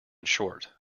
short